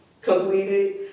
completed